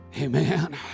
Amen